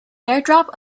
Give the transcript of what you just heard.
airdrop